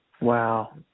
wow